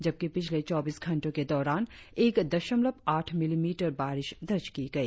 जबकि पिछले चौबीस घंटो के दौरान एक दशमलव आठ मिलीमीटर बारिश दर्ज की गई